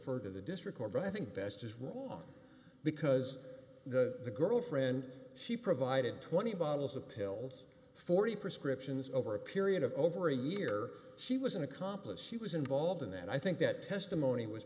defer to the district or but i think best is wrong because the girlfriend she provided twenty bottles of pills forty prescriptions over a period of over a year she was an accomplice she was involved in that i think that testimony was